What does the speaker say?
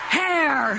hair